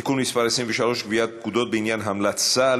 (תיקון מס' 23) (קביעת פקודות בעניין המלצה על